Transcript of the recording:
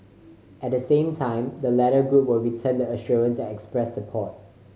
at the same time the latter group would return the assurance and express support